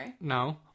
No